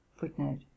Footnote